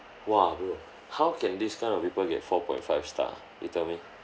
!wah! bro how can this kind of people get four point five star you tell me